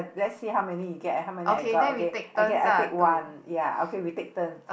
let's see how many you get and how many I got okay I get I take one ya okay we take turns